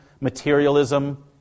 Materialism